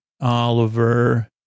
Oliver